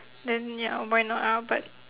then ya why not ah but